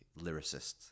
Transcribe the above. lyricist